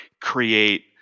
create